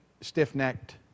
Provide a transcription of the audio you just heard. stiff-necked